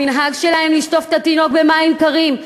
שהמנהג שלהם הוא לשטוף את התינוק במים קרים.